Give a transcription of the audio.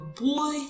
boy